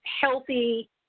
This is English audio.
Healthy